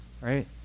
right